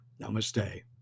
namaste